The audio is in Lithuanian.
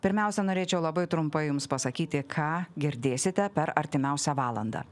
pirmiausia norėčiau labai trumpai jums pasakyti ką girdėsite per artimiausią valandą